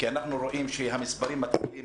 כי אנחנו רואים שהמספרים מתחילים